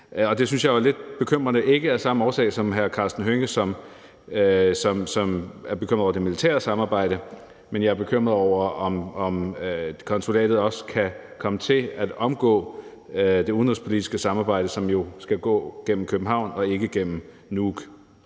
Det synes jeg er lidt bekymrende, ikke af samme årsag som hr. Karsten Hønge, som er bekymret over det militære samarbejde, men jeg er bekymret over, om konsulatet også kan komme til at omgå det udenrigspolitiske samarbejde, som jo skal gå gennem København og ikke gennem Nuuk.